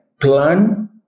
plan